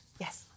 Yes